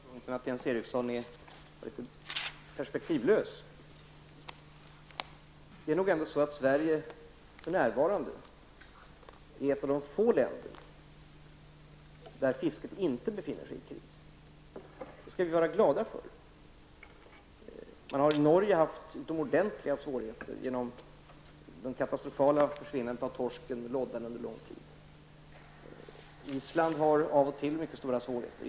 Herr talman! Jag tycker nog att Jens Eriksson är perspektivlös i fråga om den sista punkten. Sverige är nog ändå för närvarande ett av de få länder där fisket inte befinner sig i kris. Det skall vi vara glada för. Man har i Norge haft utomordentliga svårigheter genom de katastrofala följderna av försvinnandet av torsken och loddan. Island har av och till mycket stora svårigheter.